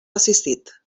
assistit